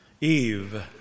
Eve